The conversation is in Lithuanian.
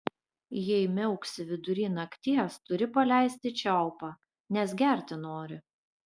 jei miauksi vidury nakties turi paleisti čiaupą nes gerti nori